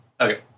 Okay